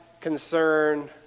concern